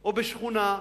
או בשכונה,